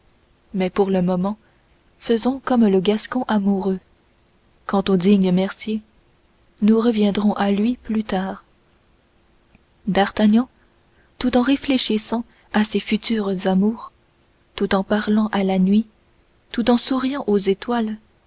mais pour le moment faisons comme le gascon amoureux quant au digne mercier nous reviendrons à lui plus tard d'artagnan tout en réfléchissant à ses futures amours tout en parlant à la nuit tout en souriant aux étoiles